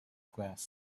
glass